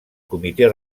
comitè